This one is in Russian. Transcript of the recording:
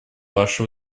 ваше